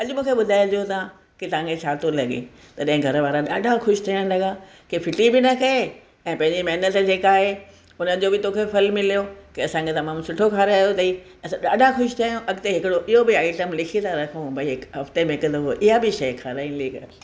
अॼु मूंखे ॿुधाए जो तव्हां की तव्हांखे छातो लॻे तॾंहि घरवारा ॾाढा ख़ुशि थियण लॻा की फिटी बि न कयई ऐं पंहिंजी महिनत जेका आहे उनजो बि तोखे फल मिलियो की असांखे तमामु सुठो खारायो अथई असां ॾाढा ख़ुशि थिया आहियूं अॻिते हिकिड़ो इहो बि आइटम लिखी था रखूं ॿई हिक हफ़्ते में कंदव इहा बि शइ खाराईंदी कर